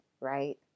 right